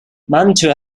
mantua